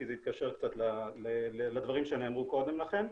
כי זה יתקשר קצת לדברים שנאמרו קודם לכן.